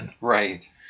Right